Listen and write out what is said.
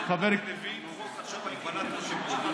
היום מקווה שלא תביא חוק עכשיו על הגבלת ח"כים,